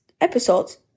episodes